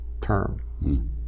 term